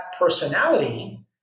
personality